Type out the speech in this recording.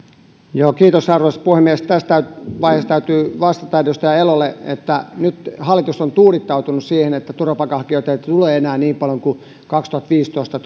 kiitos arvoisa puhemies tässä vaiheessa täytyy vastata edustaja elolle että nyt hallitus on tuudittautunut siihen että turvapaikanhakijoita ei tule enää niin paljon kuin kaksituhattaviisitoista